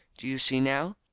do you see now?